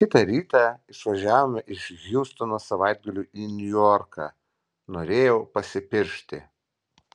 kitą rytą išvažiavome iš hjustono savaitgaliui į niujorką norėjau pasipiršti